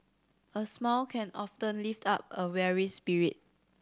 a smile can often lift up a weary spirit